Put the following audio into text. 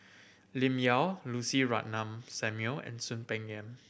Lim Yau Lucy Ratnammah Samuel and Soon Peng Yam